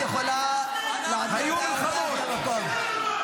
את יכולה להעביר את --- למקום.